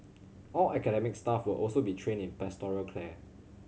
all academic staff will also be trained in pastoral care